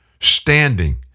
standing